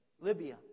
Libya